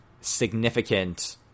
significant